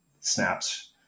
snaps